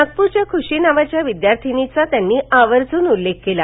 नागप्रच्या खुशी नावाच्या विद्यार्थिनीचा त्यांनी आवर्जून उल्लेख केला